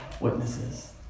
witnesses